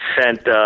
sent